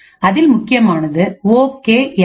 அதில் முக்கியமானது okay L D